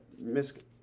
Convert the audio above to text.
Miss